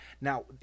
Now